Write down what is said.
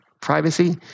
privacy